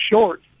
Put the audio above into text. short